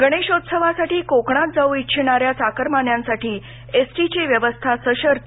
गणेशोत्सवासाठी कोकणात जाऊ इच्छिणाऱ्या चाकरमान्यांसाठी एसटीची व्यवस्था सशर्त